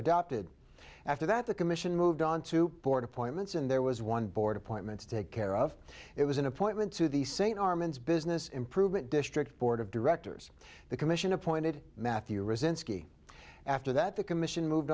adopted after that the commission moved on to board appointments and there was one board appointment to take care of it was an appointment to the st armand's business improvement district board of directors the commission appointed matthew resent skee after that the commission moved